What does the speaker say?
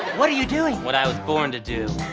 what are you doing? what i was born to do.